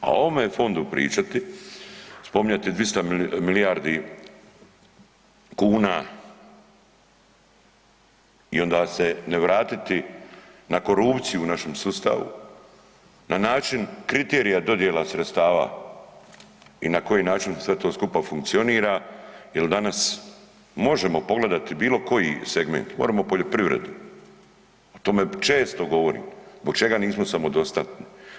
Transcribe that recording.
A o ovome fondu pričati, spominjati 200 milijardi kuna i onda se ne vratiti na korupciju u našem sustavu na način kriterija dodjela sredstava i na koji način sve to skupa funkcionira jel danas možemo pogledati bilo koji segment, moremo poljoprivredu, o tome često govorim, zbog čega nismo samodostatni?